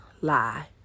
lie